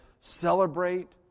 celebrate